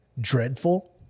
dreadful